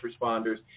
responders